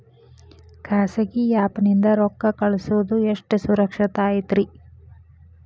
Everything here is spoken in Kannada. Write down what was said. ಖಾಸಗಿ ಆ್ಯಪ್ ನಿಂದ ರೊಕ್ಕ ಕಳ್ಸೋದು ಎಷ್ಟ ಸುರಕ್ಷತಾ ಐತ್ರಿ?